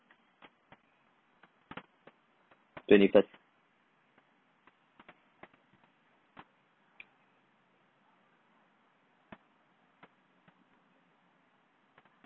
twenty first